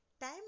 Time